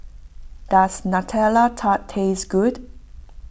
does Nutella Tart taste good